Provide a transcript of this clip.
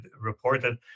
reported